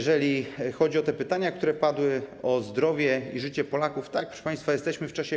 Jeżeli chodzi o te pytania, które padły, o zdrowie i życie Polaków - tak, proszę państwa, jesteśmy w czasie epidemii.